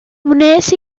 wnes